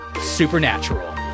supernatural